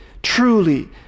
Truly